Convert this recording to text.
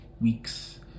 weeks